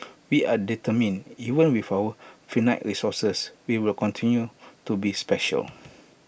we are determined even with our finite resources we will continue to be special